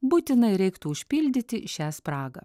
būtinai reiktų užpildyti šią spragą